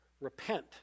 Repent